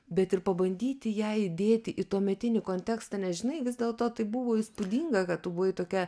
bet ir pabandyti ją įdėti į tuometinį kontekstą nes žinai vis dėlto tai buvo įspūdinga kad tu buvai tokia